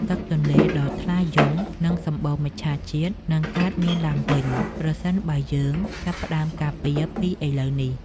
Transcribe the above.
ទឹកទន្លេដ៏ថ្លាយ៉ង និងសម្បូរមច្ឆជាតិនឹងកើតមានឡើងវិញប្រសិនបើយើងចាប់ផ្តើមការពារពីឥឡូវនេះ។